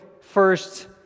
first